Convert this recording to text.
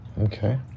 Okay